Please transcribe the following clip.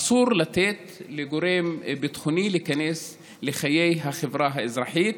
אסור לתת לגורם ביטחוני להיכנס לחיי החברה האזרחית,